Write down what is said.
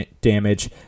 damage